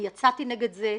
אני יצאתי נגד זה.